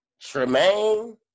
Tremaine